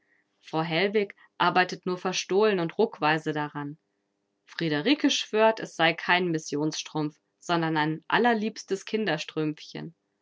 frau hellwig arbeitet nur verstohlen und ruckweise daran friederike schwört es sei kein missionsstrumpf sondern ein allerliebstes